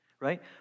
Right